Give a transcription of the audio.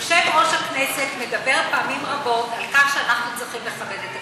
יושב-ראש הכנסת מדבר פעמים רבות על כך שאנחנו צריכים לכבד את הכנסת.